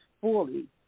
fully